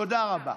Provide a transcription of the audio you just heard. תודה רבה.